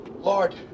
Lord